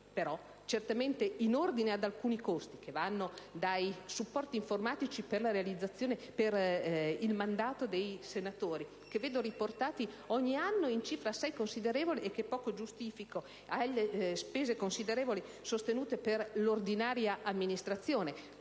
certo a ripeterli adesso, ma alcuni costi, che vanno dai supporti informatici per il mandato dei senatori, che vedo riportati ogni anno in cifra considerevole e che poco giustifico, alle notevoli spese per l'ordinaria amministrazione,